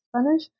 Spanish